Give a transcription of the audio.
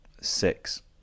Six